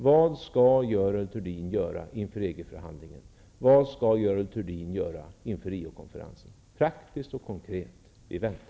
Vad skall Görel Thurdin praktiskt och konkret göra inför EG förhandlingen och inför Riokonferensen?